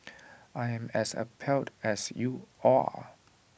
I am as appalled as you all are